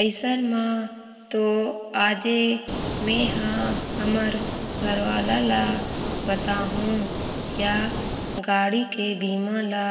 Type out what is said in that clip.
अइसन म तो आजे मेंहा हमर घरवाला ल बताहूँ या गाड़ी के बीमा ल